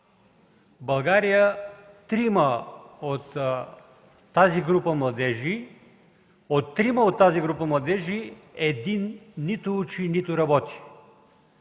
България от трима от тази група младежи, един нито учи, нито работи.